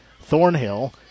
Thornhill